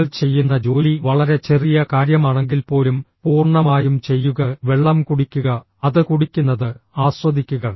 നിങ്ങൾ ചെയ്യുന്ന ജോലി വളരെ ചെറിയ കാര്യമാണെങ്കിൽപ്പോലും പൂർണ്ണമായും ചെയ്യുകഃ വെള്ളം കുടിക്കുക അത് കുടിക്കുന്നത് ആസ്വദിക്കുക